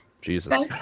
jesus